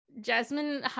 Jasmine